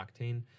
Octane